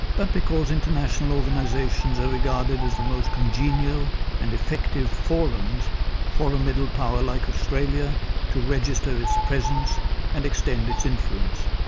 but because international organisations are regarded as the most congenial and effective forums for a middle power like australia to register its presence and extend its influence.